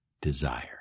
desire